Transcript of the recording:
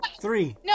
Three